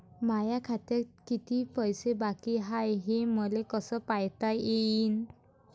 माया खात्यात किती पैसे बाकी हाय, हे मले कस पायता येईन?